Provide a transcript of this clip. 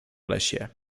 lesie